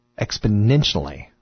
exponentially